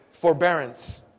forbearance